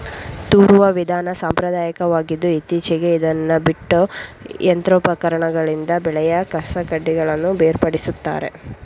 ತೂರುವ ವಿಧಾನ ಸಾಂಪ್ರದಾಯಕವಾಗಿದ್ದು ಇತ್ತೀಚೆಗೆ ಇದನ್ನು ಬಿಟ್ಟು ಯಂತ್ರೋಪಕರಣಗಳಿಂದ ಬೆಳೆಯ ಕಸಕಡ್ಡಿಗಳನ್ನು ಬೇರ್ಪಡಿಸುತ್ತಾರೆ